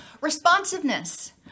responsiveness